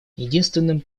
единственным